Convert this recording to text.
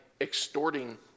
extorting